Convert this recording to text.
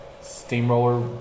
steamroller